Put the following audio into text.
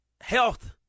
health